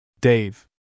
Dave